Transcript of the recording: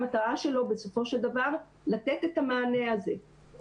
המטרה שלו בסופו של דבר לתת את המענה הזה.